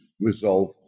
resolve